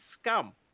scum